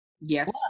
Yes